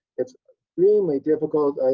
it's really difficult,